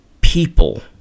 people